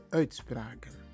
uitspraken